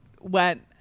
went